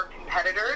competitors